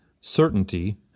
certainty